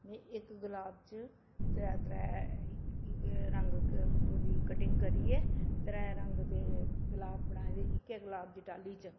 में इक गलाब च त्रै त्रै रंग दी कटिंग करियै त्रै रंग दे गलाब बनाए दे इक्कै गलाब दी टाह्ल्ली च